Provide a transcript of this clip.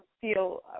feel